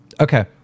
Okay